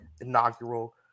inaugural